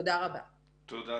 אני מצטרפת